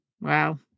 Wow